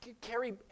carry